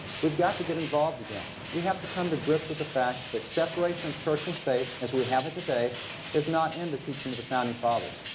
we've got to get involved again. we have to come to grips with the fact that separation of church and state as we have it today is not in the teaching of the founding fathers.